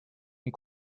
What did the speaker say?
und